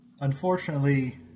unfortunately